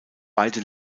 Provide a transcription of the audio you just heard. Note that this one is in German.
beide